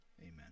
Amen